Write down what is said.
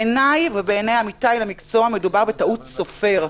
בעיניי ובעיני עמיתי למקצוע מדובר בטעות סופר.